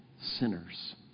sinners